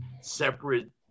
separate